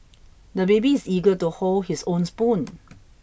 the baby is eager to hold his own spoon